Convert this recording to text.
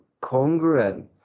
congruent